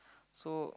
so